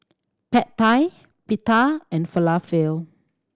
Pad Thai Pita and Falafel